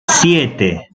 siete